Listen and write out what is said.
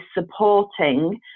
supporting